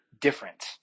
different